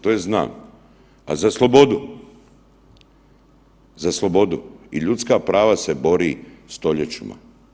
Tj., znam, a za slobodu, za slobodu i ljudska prava se bori stoljećima.